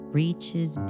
reaches